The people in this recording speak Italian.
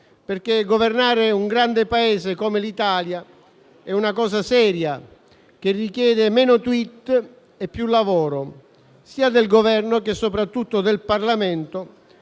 perché governare un grande Paese come l'Italia è una cosa seria che richiede meno *tweet* e più lavoro, del Governo come soprattutto del Parlamento,